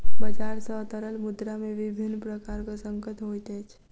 बजार सॅ तरल मुद्रा में विभिन्न प्रकारक संकट होइत अछि